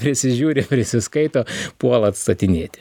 prisižiūri prisiskaito puola atstatinėti